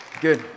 good